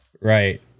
Right